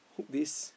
could this